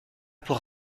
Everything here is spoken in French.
pour